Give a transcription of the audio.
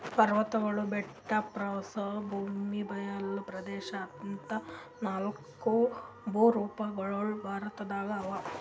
ಪರ್ವತ್ಗಳು ಬೆಟ್ಟ ಪ್ರಸ್ಥಭೂಮಿ ಬಯಲ್ ಪ್ರದೇಶ್ ಅಂತಾ ನಾಲ್ಕ್ ಭೂರೂಪಗೊಳ್ ಭಾರತದಾಗ್ ಅವಾ